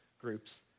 groups